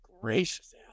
gracious